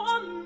One